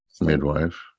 midwife